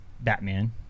Batman